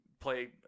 Play